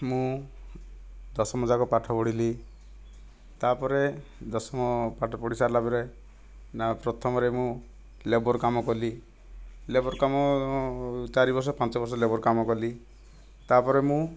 ମୁଁ ଦଶମ ଯାକ ପାଠ ପଢ଼ିଲି ତା'ପରେ ଦଶମ ପାଠ ପଢ଼ି ସାରିଲା ପରେ ନା ପ୍ରଥମରେ ମୁଁ ଲେବର କାମ କଲି ଲେବର କାମ ଚାରି ବର୍ଷ ପାଞ୍ଚ ବର୍ଷ ଲେବର କାମ କଲି ତା'ପରେ ମୁଁ